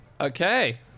Okay